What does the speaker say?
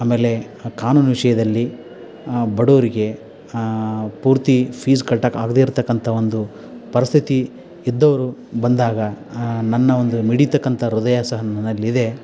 ಆಮೇಲೆ ಕಾನೂನು ವಿಷಯದಲ್ಲಿ ಬಡವ್ರಿಗೆ ಪೂರ್ತಿ ಫೀಸ್ ಕಟ್ಟಕೆ ಆಗದೇ ಇರತಕ್ಕಂತ ಒಂದು ಪರಿಸ್ಥಿತಿ ಇದ್ದವರು ಬಂದಾಗ ನನ್ನ ಒಂದು ಮಿಡಿತಕ್ಕಂತ ಹೃದಯ ಸಹ ನನ್ನಲ್ಲಿದೆ